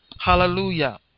Hallelujah